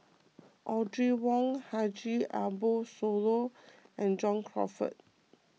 Audrey Wong Haji Ambo Sooloh and John Crawfurd